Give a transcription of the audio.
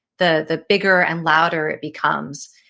the the bigger and louder it becomes.